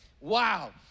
Wow